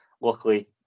luckily